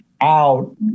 out